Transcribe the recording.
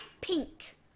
pink